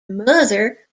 mother